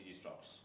stocks